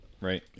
Right